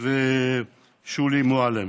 ושולי מועלם-רפאלי.